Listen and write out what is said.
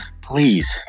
please